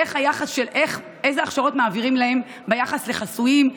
איזה הכשרות מעבירים להם ביחס לחסויים,